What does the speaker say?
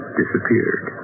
disappeared